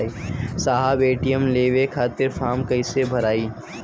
साहब ए.टी.एम लेवे खतीं फॉर्म कइसे भराई?